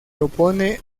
opone